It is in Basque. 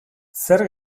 zer